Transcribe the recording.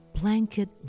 blanket